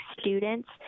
students